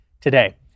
today